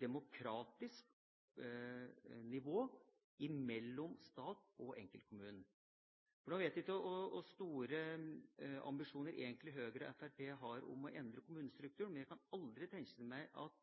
demokratisk nivå mellom stat og enkeltkommunen. Jeg vet ikke hvor store ambisjoner egentlig Høyre og Fremskrittspartiet har når det gjelder å endre kommunestrukturen, men jeg kan aldri tenke meg at